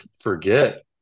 forget